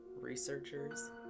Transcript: researchers